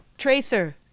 tracer